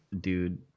dude